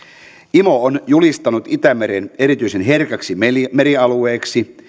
imo on julistanut itämeren erityisen herkäksi merialueeksi